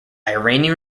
iranian